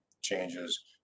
changes